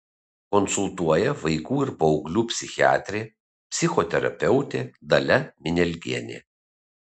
konsultuoja vaikų ir paauglių psichiatrė psichoterapeutė dalia minialgienė